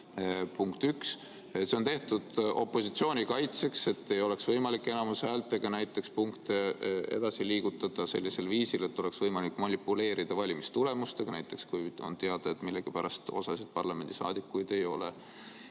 Punkt üks. See on tehtud opositsiooni kaitseks, et ei oleks võimalik enamushäältega näiteks punkte edasi liigutada sellisel viisil, et oleks võimalik manipuleerida hääletustulemustega, näiteks kui on teada, et millegipärast osa parlamendisaadikuid kohal